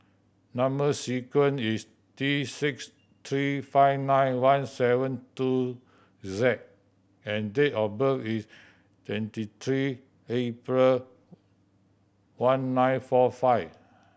number sequence is T six three five nine one seven two Z and date of birth is twenty three April one nine four five